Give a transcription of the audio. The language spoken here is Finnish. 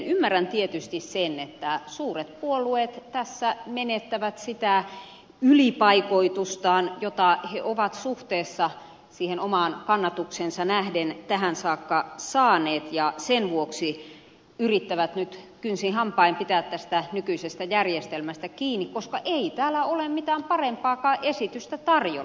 ymmärrän tietysti sen että suuret puolueet tässä menettävät sitä ylipaikoitustaan jota ne ovat suhteessa omaan kannatukseensa nähden tähän saakka saaneet ja sen vuoksi yrittävät nyt kynsin hampain pitää tästä nykyisestä järjestelmästä kiinni koska ei täällä ole mitään parempaakaan esitystä tarjolla